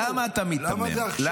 למה זה עכשיו פתאום --- למה אתה מיתמם?